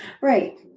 right